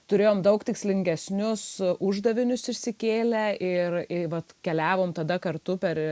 turėjom daug tikslingesnius uždavinius išsikėlę ir i vat keliavom tada kartu per